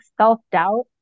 self-doubt